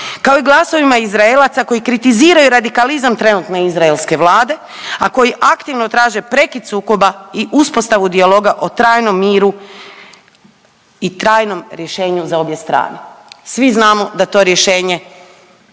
kao i glasovima Izraelaca koji kritiziraju radikalizam trenutne izraelske vade, a koji aktivno traže prekid sukoba i ustavu dijaloga o trajnom miru i trajnom rješenju za obje strane. Svi znamo da to rješenje